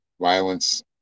violence